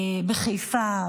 חיפה,